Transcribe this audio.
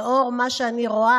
לנוכח מה שאני רואה,